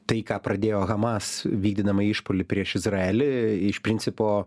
tai ką pradėjo hamas vykdydama išpuolį prieš izraelį iš principo